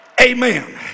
Amen